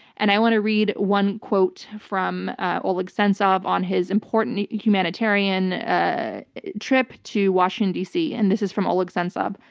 and i want to read one quote from oleg sentsov on his important humanitarian ah trip to washington, dc. and this is from oleg sentsov.